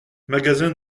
magasin